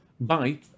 bye